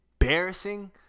embarrassing